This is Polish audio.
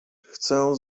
chcę